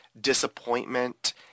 disappointment